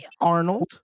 Arnold